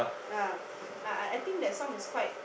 ya I I I think that song is quite